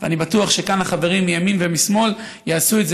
ואני בטוח שכאן החברים מימין ומשמאל יעשו את זה